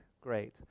great